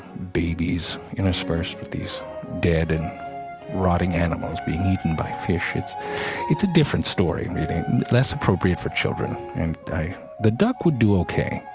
babies, interspersed with these dead and rotting animals being eaten by fish it's it's a different story really less appropriate for children and i the duck would do okay,